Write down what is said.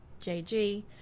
JG